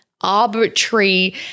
arbitrary